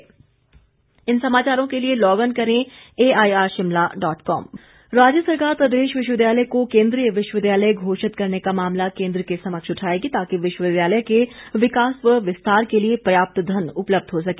जयराम ठाकुर राज्य सरकार प्रदेश विश्वविद्यालय को केन्द्रीय विश्वविद्यालय घोषित करने का मामला केन्द्र के समक्ष उठाएगी ताकि विश्वविद्यालय के विकास व विस्तार के लिए पर्याप्त धन उपलब्ध हो सके